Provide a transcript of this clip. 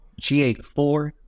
G84